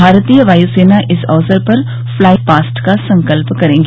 भारतीय वायुसेना इस अवसर पर पलाइ पास्ट का संकल्प करेंगी